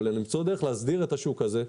אבל למצוא דרך להסדיר את השוק הזה.